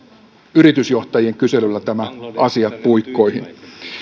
yritysjohtajien kyselyllä tämä asia puikkoihin